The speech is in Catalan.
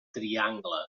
triangle